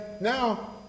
now